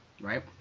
right